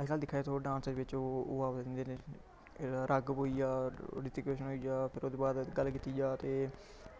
अजकल्ल दिक्खा दे तुस डांस बेच्च ओह् ओह् राघव होई गेआ रितिक रोशन होई गेआ ओह्दे बाद गल्ल कीती जा ते